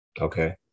Okay